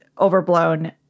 overblown